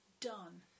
done